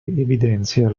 evidenzia